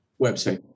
website